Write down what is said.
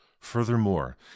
Furthermore